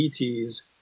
ETs